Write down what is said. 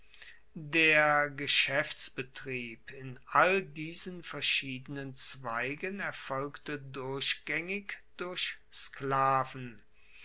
der geschaeftsbetrieb in all diesen verschiedenen zweigen erfolgte durchgaengig durch sklaven